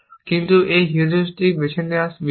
কিন্তু এটি হিউরিস্টিকস বেছে নেওয়ার বিষয়